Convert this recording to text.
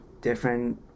different